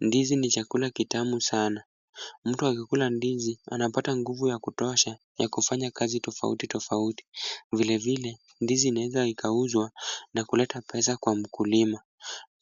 Ndizi ni chakula kitamu sana. Mtu akikula ndizi, anapata nguvu ya kutosha ya kufanya kazi tofauti tofauti. Vilevile, ndizi inaweza ikauzwa na kuleta pesa kwa mkulima.